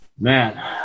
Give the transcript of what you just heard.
Man